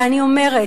ואני אומרת,